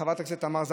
חברת הכנסת תמר זנדברג,